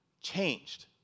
changed